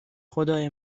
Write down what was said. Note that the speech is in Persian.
خدای